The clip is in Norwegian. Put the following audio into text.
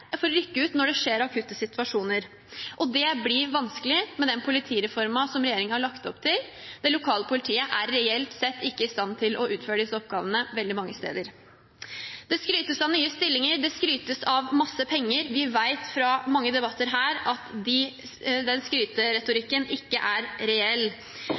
for å rykke ut når det skjer akutte situasjoner. Det blir vanskelig med den politireformen som regjeringen har lagt opp til. Det lokale politiet er reelt sett ikke i stand til å utføre disse oppgavene veldig mange steder. Det skrytes av nye stillinger, det skrytes av masse penger. Vi vet fra mange debatter her at den skryteretorikken ikke er reell.